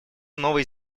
новой